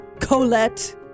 Colette